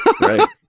Right